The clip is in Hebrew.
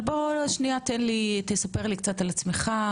תספר לי על עצמך,